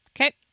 Okay